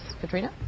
Katrina